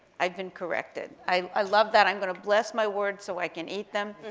i've been corrected. i love that i'm gonna bless my words so i can eat them.